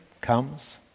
comes